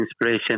inspiration